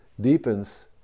deepens